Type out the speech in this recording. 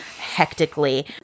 hectically